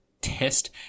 test